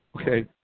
okay